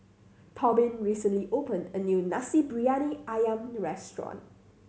Tobin recently opened a new Nasi Briyani Ayam restaurant